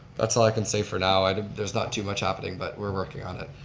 that's all i can say for now. and there's not too much happening, but we're working on it.